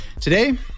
Today